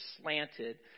slanted